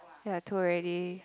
ya two already